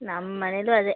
ನಮ್ಮ ಮನೇಲ್ಲೂ ಅದೇ